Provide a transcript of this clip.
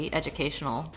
educational